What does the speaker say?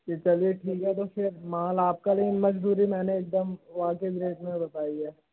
जी चलिए ठीक है तो फिर माल आपका लेंगे लेकिन मज़दूरी मैंने एकदम वाजिब रेट में बताई है